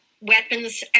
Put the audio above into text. weapons